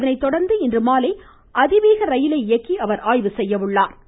அதனைத்தொடர்ந்து இன்றுமாலை அதிவேக ரயிலை இயக்கி அவர் ஆய்வு செய்ய உள்ளா்